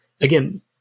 again